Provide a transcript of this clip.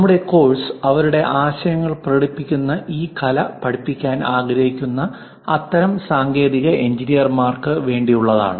നമ്മുടെ കോഴ്സ് അവരുടെ ആശയങ്ങൾ പ്രകടിപ്പിക്കുന്ന ഈ കല പഠിക്കാൻ ആഗ്രഹിക്കുന്ന അത്തരം സാങ്കേതിക എഞ്ചിനീയർമാർക്ക് വേണ്ടിയുള്ളതാണ്